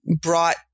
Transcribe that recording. brought